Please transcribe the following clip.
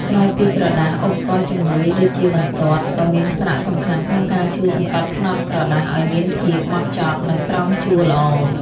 ក្រៅពីក្រដាស ឧបករណ៍ជំនួយដូចជាបន្ទាត់ ក៏មានសារៈសំខាន់ក្នុងការជួយសង្កត់ផ្នត់ក្រដាសឱ្យមានភាពហ្មត់ចត់ និងត្រង់ជួរល្អ។